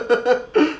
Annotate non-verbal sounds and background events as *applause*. *laughs*